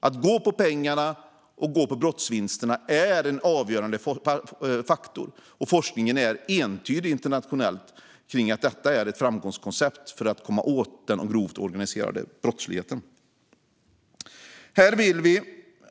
Att kunna gå på pengarna och brottsvinsterna är en avgörande faktor, och forskningen är entydig internationellt kring att detta är ett framgångskoncept för att komma åt den grova, organiserade brottsligheten.